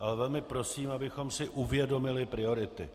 Ale velmi prosím, abychom si uvědomili priority.